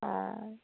অঁ